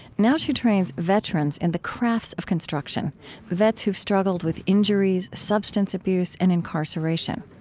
now she trains veterans in the crafts of construction vets who've struggled with injuries, substance abuse, and incarceration.